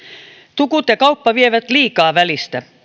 tukut ja kauppa vievät liikaa välistä